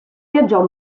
viaggiò